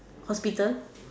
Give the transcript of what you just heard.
hospital